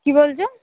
কী বলছ